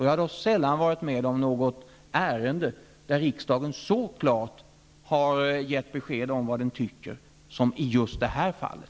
Jag har sällan varit med om något ärende där riksdagen så klart har gett besked om vad den tycker som i just det här fallet.